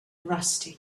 rusty